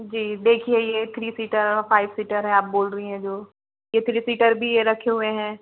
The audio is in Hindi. जी देखिए ये थ्री सीटर फाइव सीटर है आप बोल रही हैं जो ये थ्री सीटर भी रखे हुए हैं